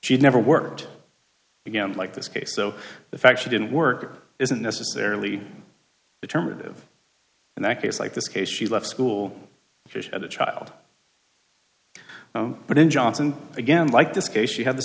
she'd never worked again like this case so the fact she didn't work isn't necessarily determinative in that case like this case she left school at a child but in johnson again like this case she had the